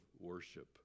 worship